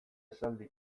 esaldi